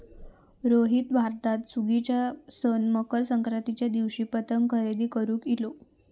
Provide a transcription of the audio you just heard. रोहित भारतात सुगीच्या सण मकर संक्रांतीच्या दिवशी पतंग खरेदी करून इलो